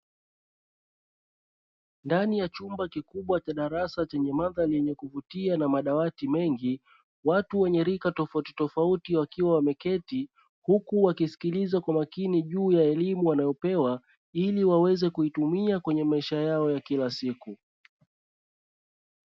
Ndani ya chumba kikubwa cha darasa chenye mandhari ya kuvutia na madawati mengi, watu wenye rika tofautitofauti wakiwa wameketi, huku wakisikiliza kwa umakini juu ya elimu wanayopewa ili waweze kuitumia katika maisha yao ya kila siku.